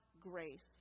grace